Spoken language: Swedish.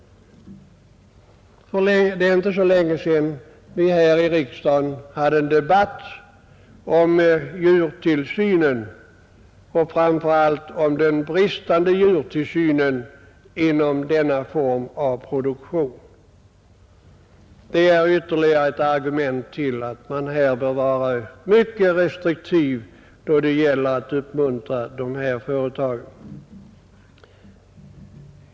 Och det är inte så länge sedan vi här i riksdagen hade en debatt om framför allt den bristande djurtillsynen inom denna form av produktion. Det är ytterligare ett argument för att man bör vara mycket restriktiv då det gäller att uppmuntra de här företagen.